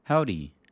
Howdy